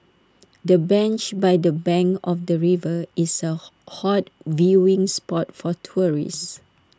the bench by the bank of the river is A hot viewing spot for tourists